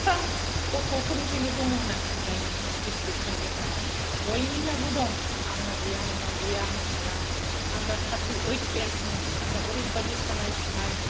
फ्राम गथ'फोरनिफ्रायनो दं होननानै सानजायो गेसथिक होननाय बेमारा बयनावबो दं आंनाव गैया नोंनाव गैया होननो हाला आं दा थारथिओइथ एसनि आंनाव ओरैबायदि सानाय सुनाय